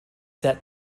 set